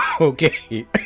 Okay